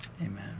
amen